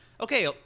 Okay